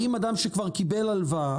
האם אדם שכבר קיבל הלוואה,